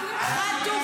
על החמלה,